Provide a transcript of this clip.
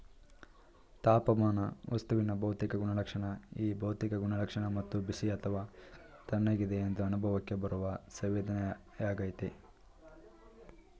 ತಾಪಮಾನ ವಸ್ತುವಿನ ಭೌತಿಕ ಗುಣಲಕ್ಷಣ ಈ ಭೌತಿಕ ಗುಣಲಕ್ಷಣ ವಸ್ತು ಬಿಸಿ ಅಥವಾ ತಣ್ಣಗಿದೆ ಎಂದು ಅನುಭವಕ್ಕೆ ಬರುವ ಸಂವೇದನೆಯಾಗಯ್ತೆ